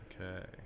Okay